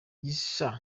gisa